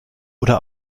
oder